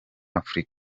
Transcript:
afurika